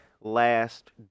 last